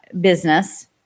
business